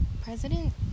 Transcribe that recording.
President